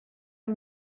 amb